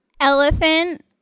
elephant